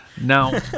Now